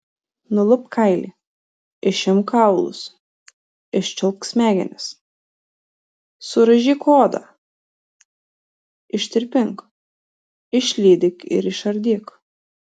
nulupk kailį išimk kaulus iščiulpk smegenis suraižyk odą ištirpink išlydyk ir išardyk